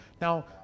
Now